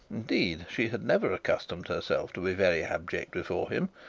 indeed, she had never accustomed herself to be very abject before him,